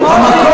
מה זה פייסבוק?